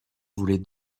voulaient